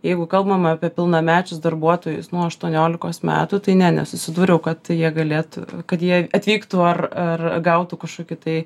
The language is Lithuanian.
jeigu kalbam apie pilnamečius darbuotojus nuo aštuoniolikos metų tai ne nesusidūriau kad jie galėtų kad jie atvyktų ar ar gautų kažkokį tai